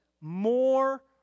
more